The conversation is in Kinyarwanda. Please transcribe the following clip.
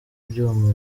byuma